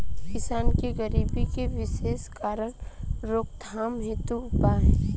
किसान के गरीबी के विशेष कारण रोकथाम हेतु उपाय?